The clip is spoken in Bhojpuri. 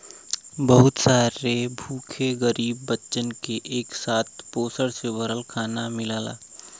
बहुत सारे भूखे गरीब बच्चन के एक समय पोषण से भरल खाना मिलला